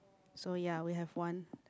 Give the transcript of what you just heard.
so ya we have one